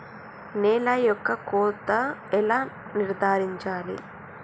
నేల యొక్క కోత ఎలా నిర్ధారించాలి?